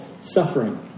suffering